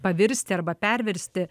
pavirsti arba perversti